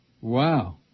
Wow